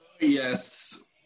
Yes